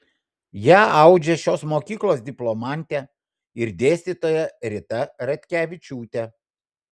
ją audžia šios mokyklos diplomantė ir dėstytoja rita ratkevičiūtė